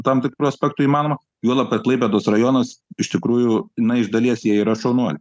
tam tikru aspektu įmanoma juolab kad klaipėdos rajonas iš tikrųjų na iš dalies jie yra šaunuoliai